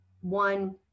one